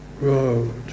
road